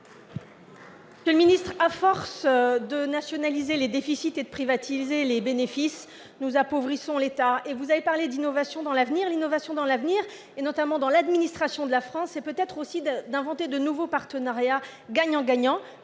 Monsieur le secrétaire d'État, à force de nationaliser les déficits et de privatiser les bénéfices, nous appauvrissons l'État. Vous avez parlé d'innovation pour l'avenir. L'innovation, notamment dans l'administration de la France, c'est peut-être aussi inventer de nouveaux partenariats gagnants-gagnants,